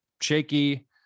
shaky